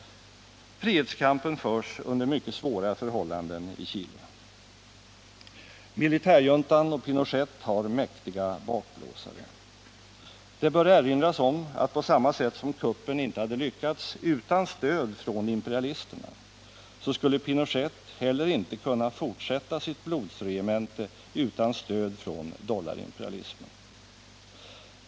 Frihetskampen förs under mycket svåra förhållanden i Chile. Militärjuntan och Pinochet har mäktiga bakblåsare. Det bör erinras om att på samma sätt som kuppen inte hade lyckats utan stöd från imperialisterna, så skulle Pinochet heller inte kunna fortsätta sitt blodsregemente utan stöd från dollarimperialismen.